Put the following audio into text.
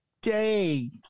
day